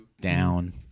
down